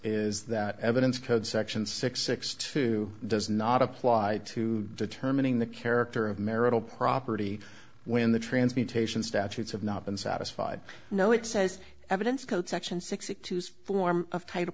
is that evidence code section six six two does not apply to determining the character of marital property when the transmutation statutes have not been satisfied no it says evidence code section six accused form of title